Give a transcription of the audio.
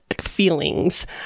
feelings